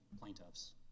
plaintiffs